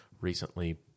recently